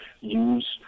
use